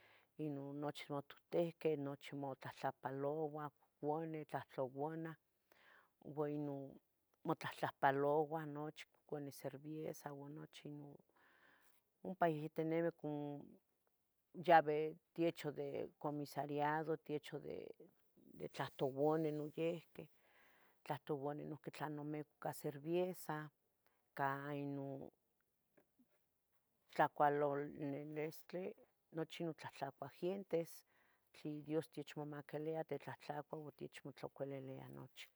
ino nochi nohtotehqueh nochi motlahtlahpalouah conih tlahtlauana, ua ino motlahtlahpalouah nochi nonie cervieza ua nochi non, ompa ihitinimi como yabeh tiecho de comisariado tiecho de tlahtouanih noyihqui, tlahtouaih tlanome ica cervieza, ica ino tlacualolilistli, nochi tlahtlacua in gientes tle Dios techmomaquilia titlahtlacua tlen techmotlaocolilia nochi.